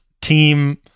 team